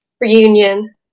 reunion